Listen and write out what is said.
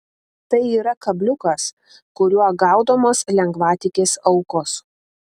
tai yra kabliukas kuriuo gaudomos lengvatikės aukos